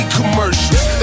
commercials